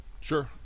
sure